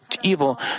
evil